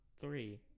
three